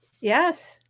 yes